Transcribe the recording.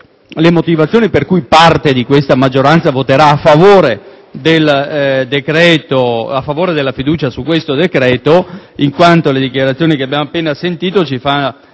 le motivazioni per cui parte di questa maggioranza voterà a favore della fiducia sul decreto al nostro esame. Le dichiarazioni che abbiamo appena ascoltato ci fanno